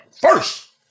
first